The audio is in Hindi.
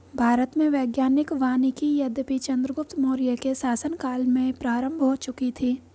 भारत में वैज्ञानिक वानिकी यद्यपि चंद्रगुप्त मौर्य के शासन काल में प्रारंभ हो चुकी थी